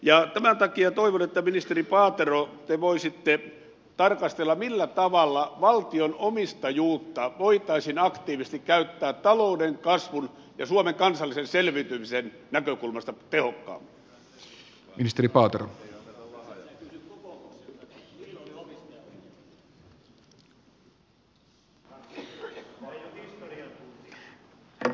tämän takia toivon että ministeri paatero te voisitte tarkastella millä tavalla valtionomistajuutta voitaisiin aktiivisesti käyttää talouden kasvun ja suomen kansallisen selviytymisen näkökulmasta tehokkaammin